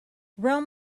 rome